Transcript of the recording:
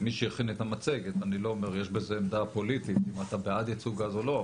מי שהכין את המצגת יש בזה עמדה פוליטית אם אתה בעד ייצוא גז או לא.